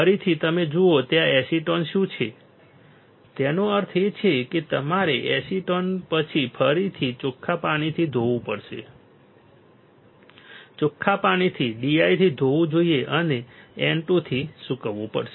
ફરીથી તમે જુઓ ત્યાં એસિટોન શું છે તેનો અર્થ એ છે કે તમારે એસિટોન પછી ફરીથી ચોખ્ખા પાણીથી ધોવું પડશે ચોખ્ખા પાણીથી D I થી ધોવું જોઈએ અને N 2 થી સૂકવવું પડશે